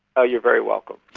ah you're very welcome.